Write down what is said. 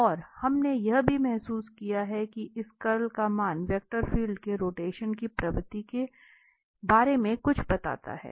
और हमने यह भी महसूस किया है कि इस कर्ल का मान वेक्टर फील्ड के रोटेशन की प्रवृत्ति के बारे में कुछ बताता है